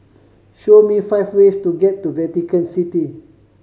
show me five ways to get to Vatican City